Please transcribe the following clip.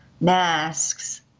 masks